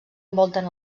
envolten